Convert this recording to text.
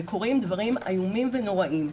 וקורים דברים איומים ונוראים.